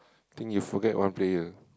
think you forget one player